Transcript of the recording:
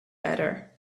better